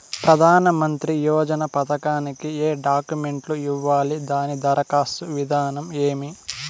ప్రధానమంత్రి యోజన పథకానికి ఏ డాక్యుమెంట్లు ఇవ్వాలి దాని దరఖాస్తు విధానం ఏమి